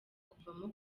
kuvamo